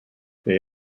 they